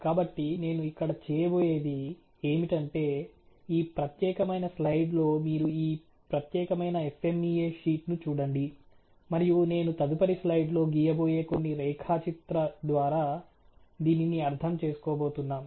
కాబట్టి నేను ఇక్కడ చేయబోయేది ఏమిటంటే ఈ ప్రత్యేకమైన స్లైడ్లో మీరు ఈ ప్రత్యేకమైన ఎఫ్ఎమ్ఇఎ షీట్ ను చూడండి మరియు నేను తదుపరి స్లైడ్లో గీయబోయే కొన్ని రేఖాచిత్ర ద్వారా దీనిని అర్థం చేసుకోబోతున్నాం